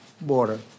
border